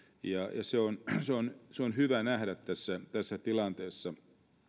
ja se asetelma on hyvä nähdä tässä tässä tilanteessa